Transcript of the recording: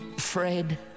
Fred